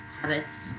habits